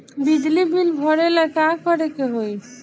बिजली बिल भरेला का करे के होई?